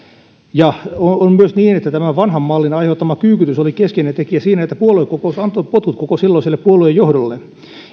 ja on myös niin että tämän vanhan mallin aiheuttama kyykytys oli keskeinen tekijä siinä että puoluekokous antoi potkut koko silloiselle puoluejohdolle